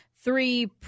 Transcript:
Three